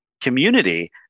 community